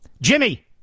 Jimmy